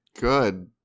Good